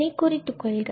இதனைக் குறித்து கொள்க